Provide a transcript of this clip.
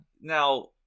Now